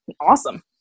awesome